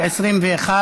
סעיפים 1 17 נתקבלו.